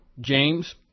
James